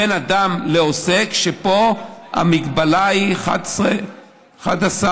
בין אדם לעוסק המגבלה היא 11,000